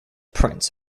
prints